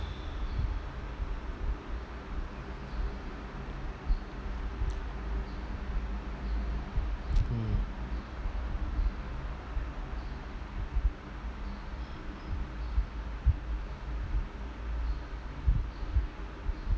mm